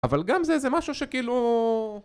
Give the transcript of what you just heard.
אבל גם זה, זה משהו שכאילו...